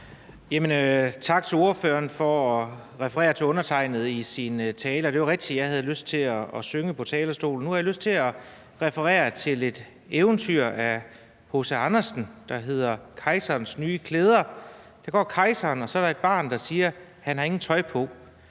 Tak til ordføreren for at referere til undertegnede i sin tale, og det er jo rigtigt, at jeg havde lyst til at synge på talerstolen. Nu har jeg lyst til at referere til et eventyr af H.C. Andersen, der hedder »Kejserens nye klæder«. Der går kejseren rundt, og så er der et barn, der siger: Han har ikke noget tøj på.